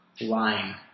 lying